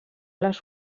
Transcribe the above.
les